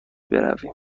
برویم